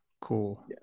Cool